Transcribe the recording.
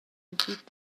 agid